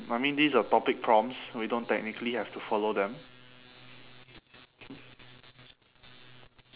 no I mean these are topic prompts we don't technically have to follow them